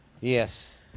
Yes